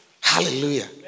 Hallelujah